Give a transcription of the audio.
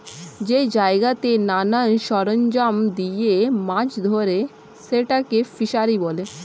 যেই জায়গাতে নানা সরঞ্জাম দিয়ে মাছ ধরে সেটাকে ফিসারী বলে